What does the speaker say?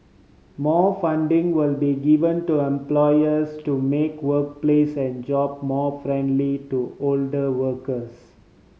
more funding will be given to employers to make workplace and job more friendly to older workers